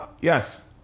Yes